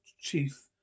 chief